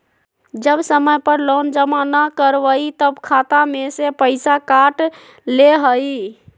जब समय पर लोन जमा न करवई तब खाता में से पईसा काट लेहई?